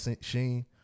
Sheen